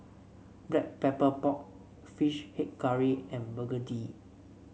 Black Pepper Pork fish head curry and begedil